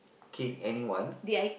kick anyone